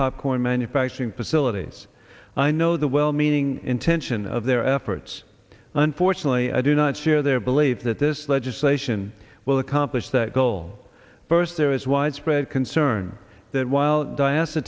popcorn manufacturing facilities i know the well meaning intention of their efforts unfortunately i do not share their belief that this legislation will accomplish that goal first there is widespread concern that while dias